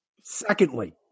Secondly